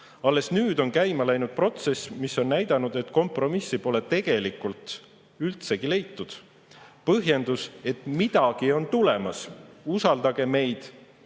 Alles nüüd on käima läinud protsess, mis on näidanud, et kompromissi pole tegelikult üldsegi leitud. Põhjendus, et midagi on tulemas, usaldage meid